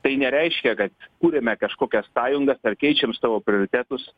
tai nereiškia kad kuriame kažkokias sąjungas ar keičiam savo prioritetus